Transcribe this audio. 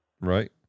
Right